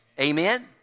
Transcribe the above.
Amen